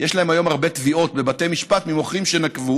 יש להם היום הרבה תביעות בבתי משפט ממוכרים שנקבו